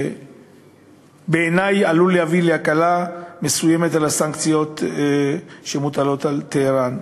שבעיני עלול להביא להקלה מסוימת בסנקציות שמוטלות על טהרן.